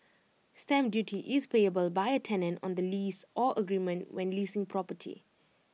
stamp duty is payable by A tenant on the lease or agreement when leasing property